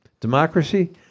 Democracy